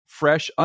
fresh